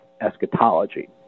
eschatology